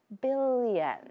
billion